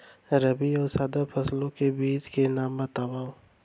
रबि अऊ जादा फसल के बीज के नाम बताव?